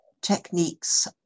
Techniques